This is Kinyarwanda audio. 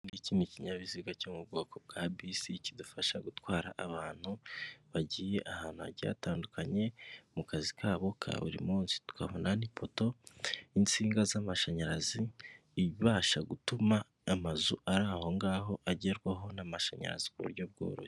Iki ngiki ni kinyabiziga cyo mu bwoko bwa bisi, kidufasha gutwara abantu bagiye ahantu hagiye hatandukanye mu kazi kabo ka buri munsi, tukabona n'ipoto y'insinga z'amashanyarazi, ibasha gutuma amazu ari aho ngaho agerwaho n'amashanyarazi ku buryo bworoshye.